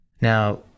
Now